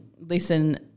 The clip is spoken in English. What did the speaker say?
listen